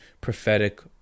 prophetic